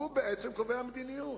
הוא קובע מדיניות,